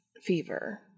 fever